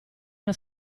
una